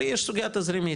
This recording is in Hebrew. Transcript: לי יש סוגיה תזרימית,